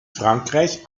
frankreich